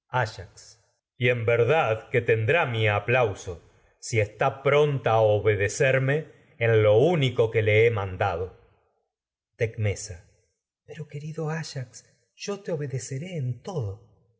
y en verdad que tendrá mi aplauso si está pronta a obedecerme tecmesa en lo único que le he mandado pero querido ayax yo te obedeceré en todo